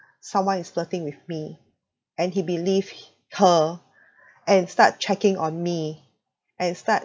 someone is flirting with me and he believed her and start checking on me and start